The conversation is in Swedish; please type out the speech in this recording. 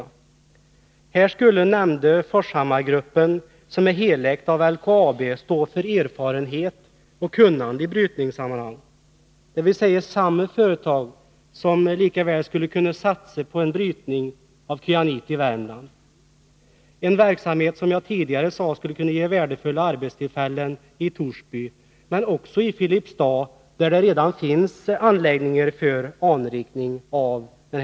I samband med en sådan brytning skulle den nämnda Forshammargruppen, som är helägt av LKAB, stå för erfarenhet och kunnande, dvs. samma företag som lika väl skulle kunna satsa på en brytning av kyanit i Värmland. Den verksamheten skulle, som jag sade, kunna ge Nr 32 värdefulla arbetstillfällen i Torsby, men också i Filipstad, där det redan finns Tisdagen den anläggningar för anrikning av kyanit.